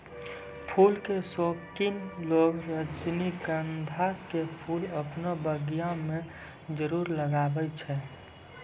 फूल के शौकिन लोगॅ रजनीगंधा के फूल आपनो बगिया मॅ जरूर लगाय छै